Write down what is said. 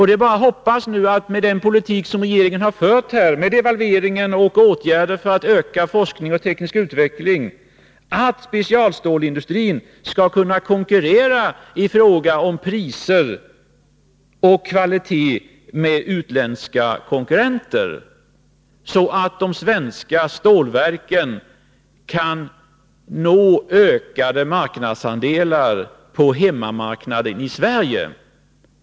Det är bara att hoppas att specialstålsindustrin genom den politik som regeringen har fört — jag avser då devalveringen och åtgärder för att öka forskning och teknisk utveckling — skall kunna konkurrera i fråga om priser och kvalitet med utländska producenter, så att de svenska stålverken kan nå ökade marknadsandelar på hemmamarknaden i Sverige.